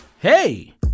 Hey